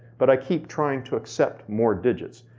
but i keep trying to accept more digits,